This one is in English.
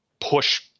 push